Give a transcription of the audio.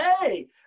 hey